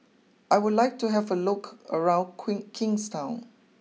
I would like to have a look around Queen Kingstown